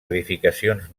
edificacions